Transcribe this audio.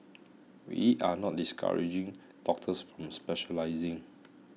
we are not discouraging doctors from specialising